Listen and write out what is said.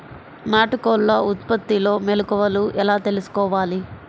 నాటుకోళ్ల ఉత్పత్తిలో మెలుకువలు ఎలా తెలుసుకోవాలి?